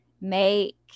make